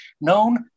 known